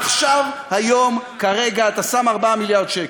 עכשיו, היום, כרגע אתה שם 4 מיליארד שקל,